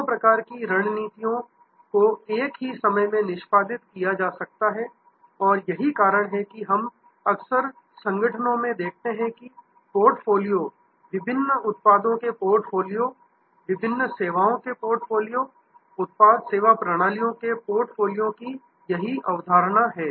दोनों प्रकार की रणनीतियों को एक ही समय में निष्पादित किया जा सकता है और यही कारण है कि हम अक्सर संगठनों में देखते हैं कि पोर्टफोलियो विभिन्न उत्पादों के पोर्टफोलियो विभिन्न सेवाओं के पोर्टफोलियो उत्पाद सेवा प्रणालियों के पोर्टफोलियो की यह अवधारणा है